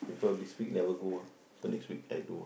because this week never go so next week I do